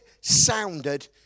sounded